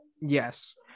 Yes